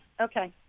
okay